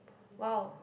!wow!